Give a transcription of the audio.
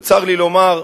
וצר לי לומר,